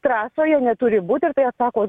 trasoje neturi būt ir tai atsako